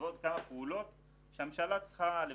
ועוד כמה פעולות שהממשלה צריכה לבצע,